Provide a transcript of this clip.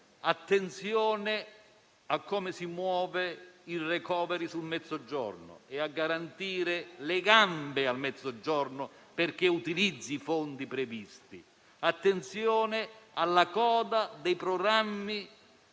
attenzione a come si muove il *recovery fund* sul Mezzogiorno e a garantire le gambe al Mezzogiorno, perché utilizzi i fondi previsti. Attenzione alla coda dei programmi